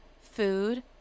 food